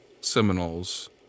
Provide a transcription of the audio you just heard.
Seminoles